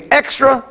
extra